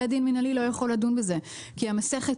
בית דין מנהלי לא יכול לדון בזה כי המסכת